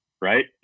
right